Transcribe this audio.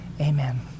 amen